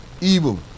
evil